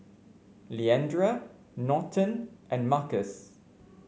Leandra Norton and Markus